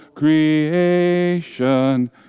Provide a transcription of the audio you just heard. creation